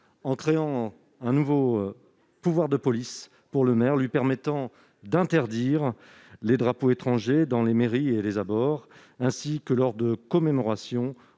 à créer un nouveau pouvoir de police permettant aux maires d'interdire les drapeaux étrangers dans les mairies et leurs abords ainsi que lors de commémorations